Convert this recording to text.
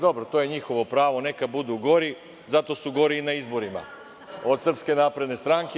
Dobro, to je njihovo pravo, neka budu gori, zato su gori i na izborima od SNS.